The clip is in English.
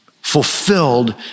fulfilled